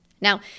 Now